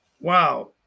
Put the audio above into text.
wow